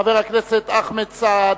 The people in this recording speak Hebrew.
אחמד סעד.